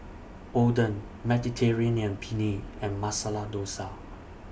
Oden Mediterranean Penne and Masala Dosa